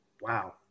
Wow